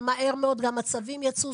ומהר מאוד גם הצווים יצאו,